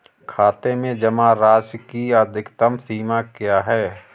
खाते में जमा राशि की अधिकतम सीमा क्या है?